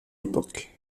époque